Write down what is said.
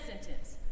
sentence